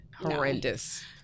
Horrendous